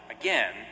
Again